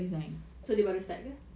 so dia baru start ke